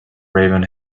raven